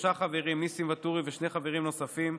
שלושה חברים: ניסים ואטורי ושני חברים נוספים,